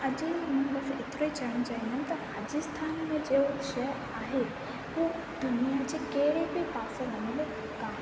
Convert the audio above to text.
अजु मां बस एतिरो ई चवणु चाहींदमि त राजस्थान में जो शइ आहे हू दुनिया जे कहिड़े बि पासे में न आहे